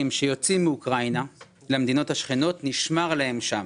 שיוצאים מאוקראינה למדינות השכנות נשמר להם שם.